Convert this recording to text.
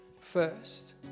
first